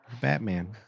Batman